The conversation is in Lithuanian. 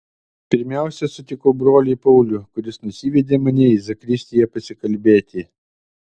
pirmiausia sutikau brolį paulių kuris nusivedė mane į zakristiją pasikalbėti